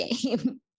game